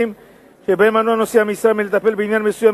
מדינה אחר שיטפל בו כל עוד נושא המשרה מנוע מלעשות כן.